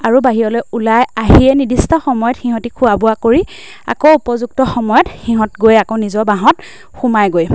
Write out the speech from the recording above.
আৰু বাহিৰলৈ ওলাই আহিয়ে নিৰ্দিষ্ট সময়ত সিহঁতি খোৱা বোৱা কৰি আকৌ উপযুক্ত সময়ত সিহঁত গৈ আকৌ নিজৰ বাঁহত সোমায়গৈ